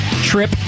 trip